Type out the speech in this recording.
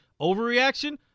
overreaction